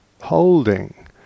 holding